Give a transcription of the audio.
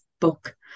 book